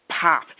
pop